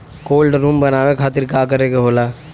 Cold room बनावे खातिर का करे के होला?